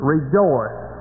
Rejoice